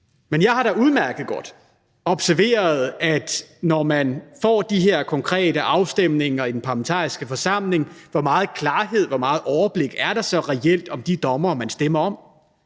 Men jeg har da udmærket godt observeret, at der, når man får de her konkrete afstemninger i den parlamentariske forsamling, kan spørges, hvor meget klarhed, hvor meget overblik der så reelt er over de dommere, man stemmer om.